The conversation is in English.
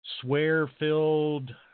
swear-filled